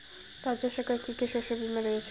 রাজ্য সরকারের কি কি শস্য বিমা রয়েছে?